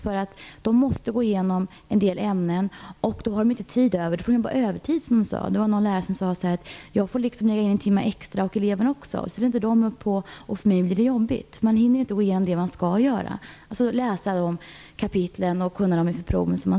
Lärarna måste ju gå igenom en del ämnen. Då blir det ingen tid över. De får jobba övertid, som de sagt. En lärare sade: Jag får lägga ner en timme extra och eleverna också. Det blir jobbigt. Man hinner inte gå igenom det man skall. Det gäller ju att läsa vissa kapitel och kunna dem inför proven.